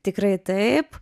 tikrai taip